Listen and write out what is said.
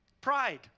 pride